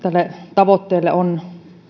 tavoitteelle on